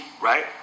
right